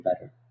better